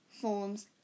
forms